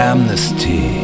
Amnesty